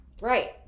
Right